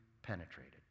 Penetrated